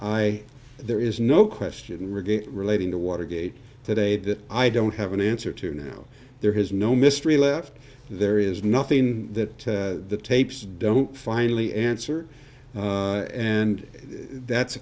i there is no question regain relating to watergate today that i don't have an answer to now there has no mystery left there is nothing that the tapes don't finally answer and that's